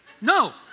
No